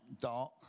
dark